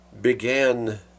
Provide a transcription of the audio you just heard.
began